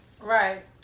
Right